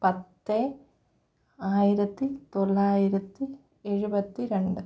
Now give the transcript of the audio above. പത്ത് ആയിരത്തി തൊള്ളായിരത്തി എഴുപത്തി രണ്ട്